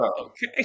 okay